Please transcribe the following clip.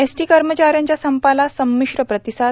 ST कर्मचाऱ्यांच्या संपाला संमिश्र प्रतिसाद